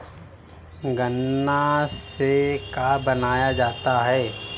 गान्ना से का बनाया जाता है?